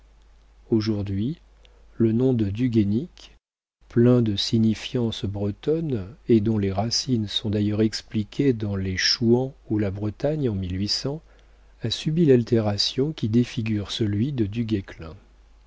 aujourd'hui le nom de du guaisnic plein de signifiances bretonnes et dont les racines sont d'ailleurs expliquées dans les chouans ou la bretagne en a subi l'altération qui défigure celui de